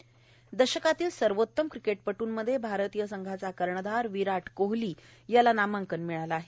ससस दशकातील सर्वोत्तम क्रिकेट पट्रंमध्ये भारतीय संघाचा कर्णधार विराट कोहली याला नामांकन मिळालं आहे